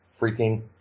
freaking